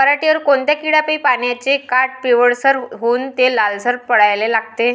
पऱ्हाटीवर कोनत्या किड्यापाई पानाचे काठं पिवळसर होऊन ते लालसर पडाले लागते?